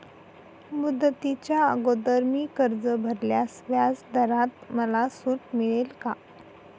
मुदतीच्या अगोदर मी कर्ज भरल्यास व्याजदरात मला सूट मिळेल का?